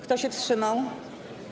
Kto się wstrzymał?